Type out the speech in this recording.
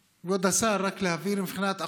השר, רק להבהיר: מבחינת האחוזים,